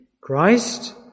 Christ